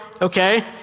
okay